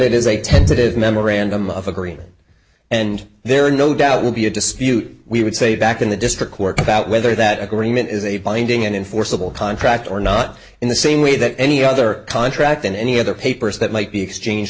it is a tentative memorandum of agreement and there are no doubt will be a dispute we would say back in the district court about whether that agreement is a binding and enforceable contract or not in the same way that any other contract in any other papers that might be exchange